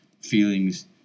feelings